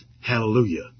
Hallelujah